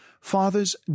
Fathers